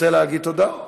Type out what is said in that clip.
אתה רוצה להגיד תודה?